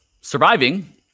surviving